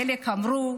חלק אמרו: